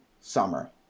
summer